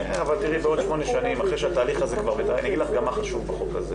אני אגיד לך גם מה חשוב בחוק הזה,